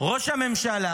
ראש הממשלה